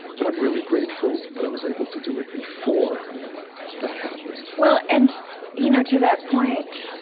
but i'm really grateful that i was able to do it before that happened well, and you know to that point,